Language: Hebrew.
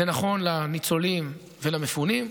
זה נכון לניצולים ולמפונים,